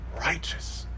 righteous